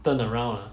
turn around ah